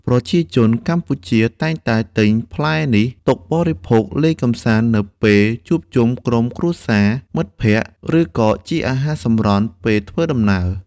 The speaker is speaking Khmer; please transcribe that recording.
ប្រជាជនកម្ពុជាតែងតែទិញផ្លែនេះទុកបរិភោគលេងកម្សាន្តនៅពេលជួបជុំក្រុមគ្រួសារ មិត្តភក្តិ ឬក៏ជាអាហារសម្រន់ពេលធ្វើដំណើរ។